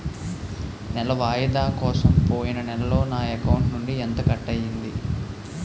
నెల వాయిదా కోసం పోయిన నెలలో నా అకౌంట్ నుండి ఎంత కట్ అయ్యింది?